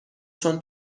چون